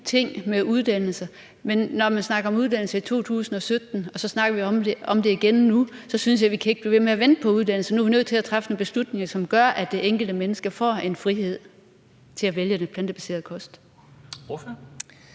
ting med uddannelse, men når man snakkede om uddannelse i 2017 og vi nu snakker om det igen, så synes jeg ikke, at vi kan blive ved med at vente på uddannelse; nu er vi nødt til at træffe nogle beslutninger, som gør, at det enkelte menneske får en frihed til at vælge den plantebaserede kost.